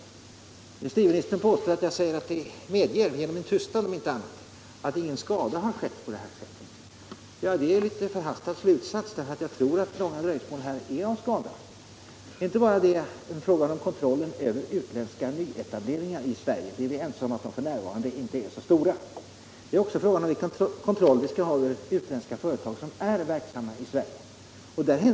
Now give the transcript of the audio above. Industriministern påstår att jag — om inte annat så genom min tystnad — menar att ingen skada har skett. Det är en förhastad slutsats. Jag tror att det här långa dröjsmålet är till skada. Det är inte bara fråga om kontrollen över utländska nyetableringar i Sverige — vi är överens om att dessa f.n. inte är så många. Det är också en fråga om vilken kontroll vi skall ha över utländska företag som redan är verksamma i Sverige.